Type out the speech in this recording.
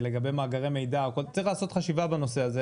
לגבי מאגרי מידע צריך לעשות חשיבה בנושא הזה,